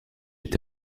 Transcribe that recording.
est